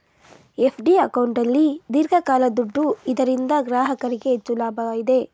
FD ಅಕೌಂಟಲ್ಲಿ ದೀರ್ಘಕಾಲ ದುಡ್ಡು ಇದರಿಂದ ಗ್ರಾಹಕರಿಗೆ ಹೆಚ್ಚು ಲಾಭ ಇದೆ